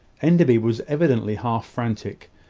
enderby was evidently half-frantic.